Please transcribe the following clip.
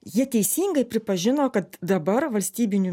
jie teisingai pripažino kad dabar valstybinių